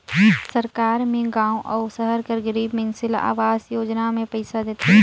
सरकार में गाँव अउ सहर कर गरीब मइनसे ल अवास योजना में पइसा देथे